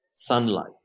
sunlight